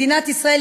מדינת ישראל,